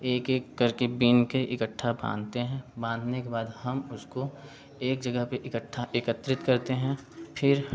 एक एक करके बिन कर इकट्ठा बांधते हैं बांधने के बाद हम उसको एक जगह पर इकट्ठा एकत्रित करते करते हैं फिर